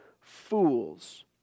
fools